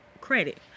credit